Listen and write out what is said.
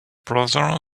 brother